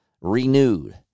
renewed